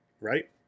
right